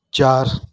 چار